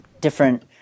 different